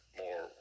more